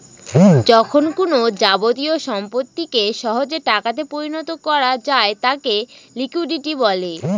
যখন কোনো যাবতীয় সম্পত্তিকে সহজে টাকাতে পরিণত করা যায় তাকে লিকুইডিটি বলে